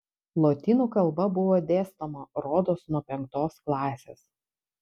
lotynų kalba buvo dėstoma rodos nuo penktos klasės